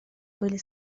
были